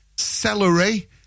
celery